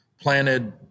planted